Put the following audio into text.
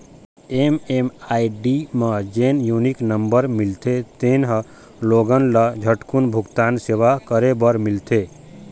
MMID म जेन unique number मिलथे तेन ह लोगन ल झटकून भूगतान सेवा करे बर मिलथे